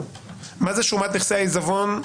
מה זה שומת נכסי העיזבון?